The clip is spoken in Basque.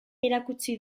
erakutsi